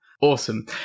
Awesome